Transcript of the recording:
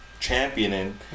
championing